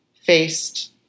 faced